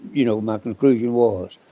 you know, my conclusion was.